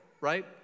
right